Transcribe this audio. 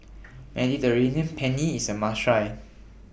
Mediterranean Penne IS A must Try